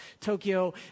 Tokyo